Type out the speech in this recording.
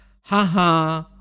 haha